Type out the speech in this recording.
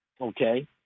Okay